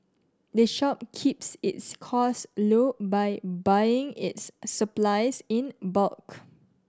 the shop keeps its costs low by buying its supplies in bulk